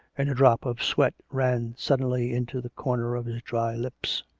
and a drop of sweat ran suddenly into the corner of his dry lips.